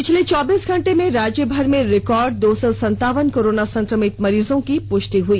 पिछले चौबीस घंटे में राज्यभर में रिकॉर्ड दो सौ संतावन कोरोना संक्रमित मरीजों की पुश्टि हुई